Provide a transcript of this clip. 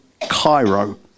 Cairo